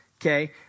Okay